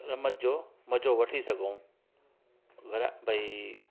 रमत जो मज़ो वठी भई घरा भई